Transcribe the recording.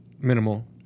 minimal